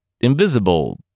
invisible